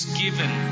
given